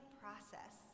process